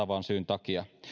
muun vastaavan syyn takia